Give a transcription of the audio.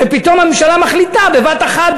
ופתאום הממשלה מחליטה בבת-אחת,